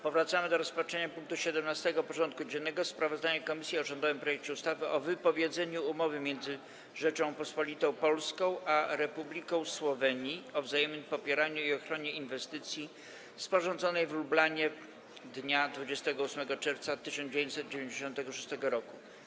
Powracamy do rozpatrzenia punktu 17. porządku dziennego: Sprawozdanie Komisji Spraw Zagranicznych o rządowym projekcie ustawy o wypowiedzeniu Umowy między Rzecząpospolitą Polską a Republiką Słowenii o wzajemnym popieraniu i ochronie inwestycji, sporządzonej w Lublanie dnia 28 czerwca 1996 r.